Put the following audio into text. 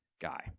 guy